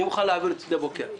אני מוכן להעביר את שדה בוקר עכשיו,